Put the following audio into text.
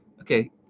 Okay